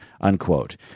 unquote